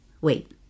Wait